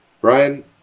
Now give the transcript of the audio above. Brian